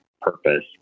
purpose